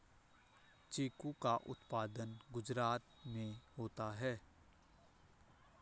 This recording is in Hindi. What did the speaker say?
चीकू का उत्पादन गुजरात में होता है